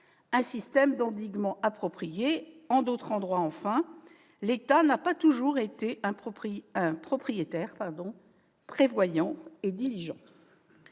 un système d'endiguement approprié. En d'autres endroits, l'État n'a pas toujours été un propriétaire prévoyant et diligent.